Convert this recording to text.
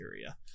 area